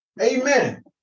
Amen